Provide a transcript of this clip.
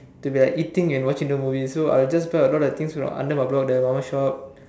to be like eating and watching the movie so I'll just try a lot of things that under my block that mama shop